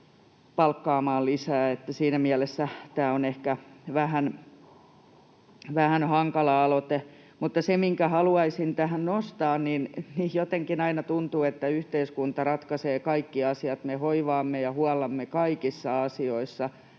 henkilöstöä. Siinä mielessä tämä on ehkä vähän hankala aloite. Mutta se, minkä haluaisin tähän nostaa, on se, että jotenkin aina tuntuu, että yhteiskunta ratkaisee kaikki asiat. Me hoivaamme ja huollamme kaikissa asioissa